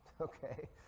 okay